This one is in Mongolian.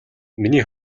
миний